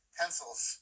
pencils